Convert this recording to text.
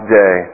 day